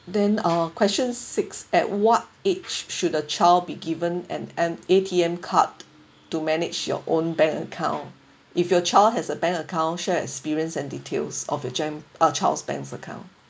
then uh question six at what age should a child be given an m~ A_T_M card to manage your own bank account if your child has a bank account share experience and details of your jam uh child's bank account